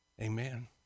Amen